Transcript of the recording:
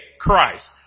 Christ